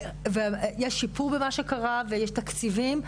יש שיפור במה שקרה ויש תקציבים,